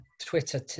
Twitter